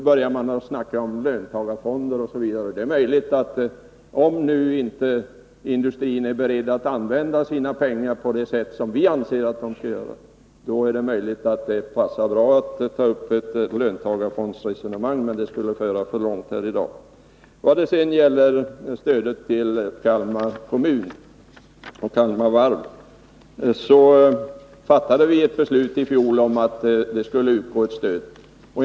Nu börjar man tala om löntagarfonder osv. Om industrin inte är beredd att använda sina pengar på det sätt som vi anser att den skall göra, är det möjligt att det passar bra att ta upp ett löntagarfondsresonemang, men det skulle föra för långt att göra det här i dag. Vad sedan gäller stödet till Kalmar kommun och Kalmar Varv så fattade vi ett beslut om det i fjol.